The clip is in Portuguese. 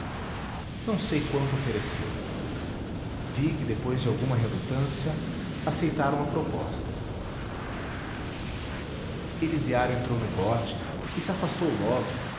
não sei quanto ofereceu vi que depois de alguma relutância aceitaram a proposta elisiário entrou no bote que se afastou logo